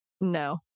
no